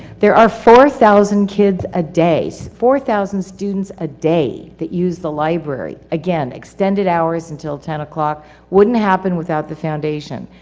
there are four thousand kids a day, so four thousand students ah day that use the library. again extended hours until ten o'clock wouldn't happen without the foundation.